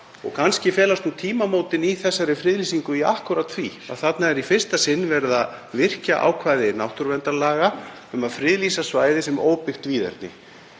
Og kannski felast tímamótin í þessari friðlýsingu í akkúrat því að þarna er í fyrsta sinn verið að virkja ákvæði náttúruverndarlaga um að friðlýsa svæði sem óbyggt víðerni.